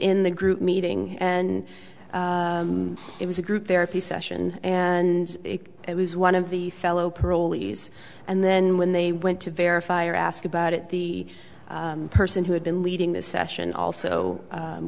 in the group meeting and it was a group therapy session and it was one of the fellow parolees and then when they went to verify or ask about it the person who had been leading the session also